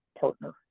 partner